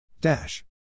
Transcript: Dash